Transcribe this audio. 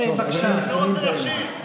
אני, לא רוצה להקשיב.